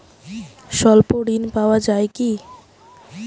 স্বল্প ঋণ পাওয়া য়ায় কি?